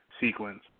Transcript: sequence